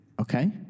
Okay